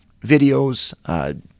videos